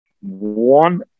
one